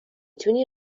تونی